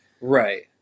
Right